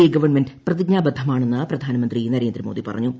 A government പ്രതിജ്ഞാബദ്ധമാണെന്ന് പ്രധാനമന്ത്രി നരേന്ദ്രമോദി പറഞ്ഞു